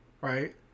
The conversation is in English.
right